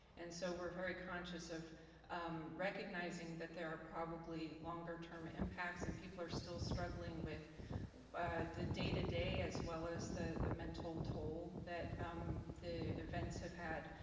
and so we are very conscious of recognizing that there are probably longer term impacts and people are still struggling with the day-to-day as well as the the mental toll that um the events have had.